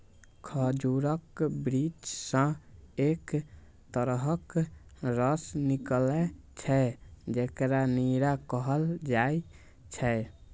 खजूरक वृक्ष सं एक तरहक रस निकलै छै, जेकरा नीरा कहल जाइ छै